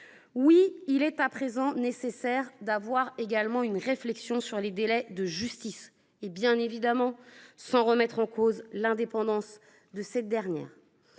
Oui, il est à présent nécessaire d’avoir une réflexion sur les délais de justice, bien évidemment sans remettre en cause l’indépendance de cette dernière.